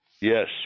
Yes